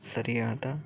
ಸರಿಯಾದ